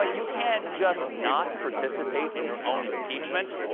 ah you can't just not participate in your own impeachment.